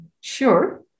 Sure